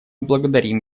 благодарим